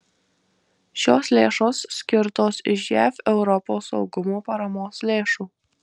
šios lėšos skirtos iš jav europos saugumo paramos lėšų